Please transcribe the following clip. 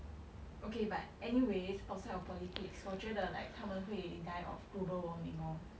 okay but anyways outside of politics 我觉得 like 他们会 die of global warming lor